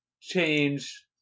change